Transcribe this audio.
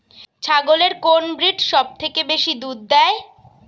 ছাগলের কোন ব্রিড সবথেকে বেশি দুধ দেয়?